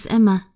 Emma